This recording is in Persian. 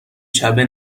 شبه